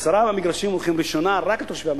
עשרה מהמגרשים הולכים בהגרלה ראשונה רק לתושבי המקום.